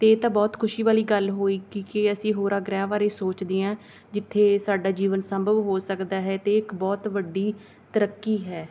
ਅਤੇ ਇਹ ਤਾਂ ਬਹੁਤ ਖੁਸ਼ੀ ਵਾਲੀ ਗੱਲ ਹੋਈ ਕਿ ਕਿ ਅਸੀਂ ਹੋਰਾਂ ਗ੍ਰਹਿ ਬਾਰੇ ਸੋਚਦੇ ਹਾਂ ਜਿੱਥੇ ਸਾਡਾ ਜੀਵਨ ਸੰਭਵ ਹੋ ਸਕਦਾ ਹੈ ਅਤੇ ਇਹ ਇੱਕ ਬਹੁਤ ਵੱਡੀ ਤਰੱਕੀ ਹੈ